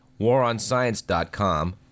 waronscience.com